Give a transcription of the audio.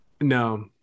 no